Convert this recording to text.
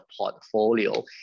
portfolio